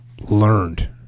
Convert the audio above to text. learned